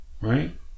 right